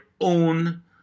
own